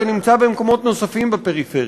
זה נמצא במקומות נוספים בפריפריה.